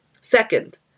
Second